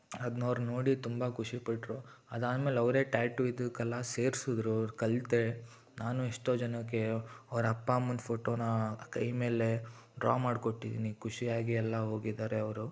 ಅದ್ನ ಅವ್ರು ನೋಡಿ ತುಂಬ ಖುಷಿ ಪಟ್ರು ಅದಾದ್ಮೇಲೆ ಅವರೇ ಟ್ಯಾಟು ಇದಕ್ಕೆಲ್ಲ ಸೇರಿಸಿದ್ರು ಕಲಿತೆ ನಾನು ಎಷ್ಟೋ ಜನಕ್ಕೆ ಅವರ ಅಪ್ಪ ಅಮ್ಮನ ಫೋಟೋನ ಕೈ ಮೇಲೆ ಡ್ರಾ ಮಾಡಿ ಕೊಟ್ಟಿದ್ದೀನಿ ಖುಷಿಯಾಗಿ ಎಲ್ಲ ಹೋಗಿದ್ದಾರೆ ಅವರು